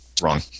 Wrong